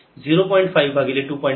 5 भागिले 2